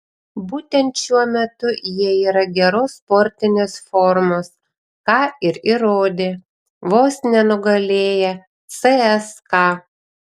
būtent šiuo metu jie yra geros sportinės formos ką ir įrodė vos nenugalėję cska